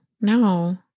no